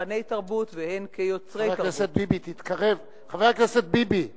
כצרכני תרבות והן כיוצרי תרבות, חבר הכנסת ביבי,